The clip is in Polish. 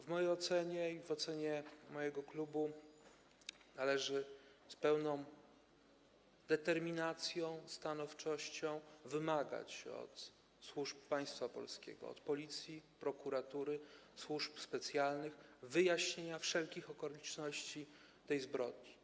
W mojej ocenie i w ocenie mojego klubu należy z pełną determinacją i stanowczością wymagać od służb państwa polskiego, od Policji, prokuratury, służb specjalnych, wyjaśnienia wszelkich okoliczności tej zbrodni.